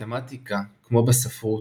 במתמטיקה, כמו בספרות,